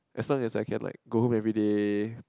as long as I can like go every day